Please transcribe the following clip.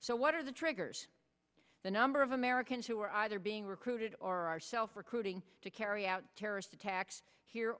so what are the triggers the number of americans who are either being recruited or are self recruiting to carry out terrorist attacks here